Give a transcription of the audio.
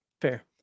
Fair